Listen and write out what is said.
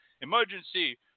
emergency